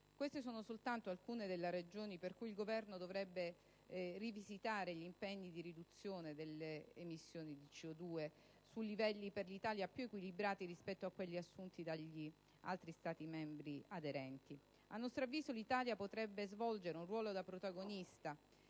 Queste sono soltanto alcune delle ragioni per cui il Governo dovrebbe rivisitare gli impegni di riduzione delle emissioni di CO2 su livelli per l'Italia più equilibrati rispetto a quelli assunti dagli altri Stati membri aderenti. A nostro avviso, l'Italia potrebbe svolgere un ruolo da protagonista,